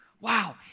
Wow